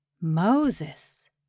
Moses